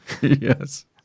Yes